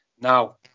Now